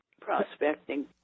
prospecting